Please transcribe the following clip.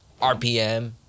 RPM